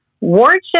wardship